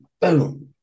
boom